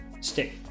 stick